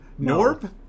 Norb